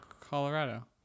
Colorado